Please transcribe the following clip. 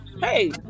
Hey